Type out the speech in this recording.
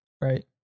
right